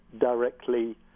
directly